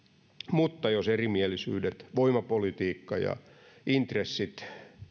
mutta jos erimielisyydet voimapolitiikka ja intressit